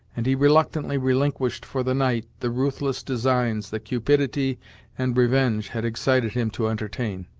and he reluctantly relinquished for the night the ruthless designs that cupidity and revenge had excited him to entertain.